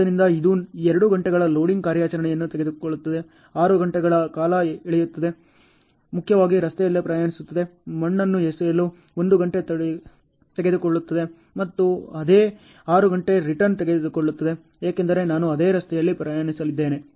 ಆದ್ದರಿಂದ ಇದು 2 ಗಂಟೆಗಳ ಲೋಡಿಂಗ್ ಕಾರ್ಯಾಚರಣೆಯನ್ನು ತೆಗೆದುಕೊಳ್ಳುತ್ತದೆ 6 ಗಂಟೆಗಳ ಕಾಲ ಎಳೆಯುತ್ತದೆ ಮುಖ್ಯವಾಗಿ ರಸ್ತೆಯಲ್ಲಿ ಪ್ರಯಾಣಿಸುತ್ತದೆ ಮಣ್ಣನ್ನು ಎಸೆಯಲು 1 ಗಂಟೆ ತೆಗೆದುಕೊಳ್ಳುತ್ತದೆ ಮತ್ತು ಅದೇ 6 ಗಂಟೆಗಳ ರಿಟರ್ನ್ ತೆಗೆದುಕೊಳ್ಳುತ್ತದೆ ಏಕೆಂದರೆ ನಾನು ಅದೇ ರಸ್ತೆಯಲ್ಲಿ ಪ್ರಯಾಣಿಸಲಿದ್ದೇನೆ